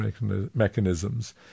mechanisms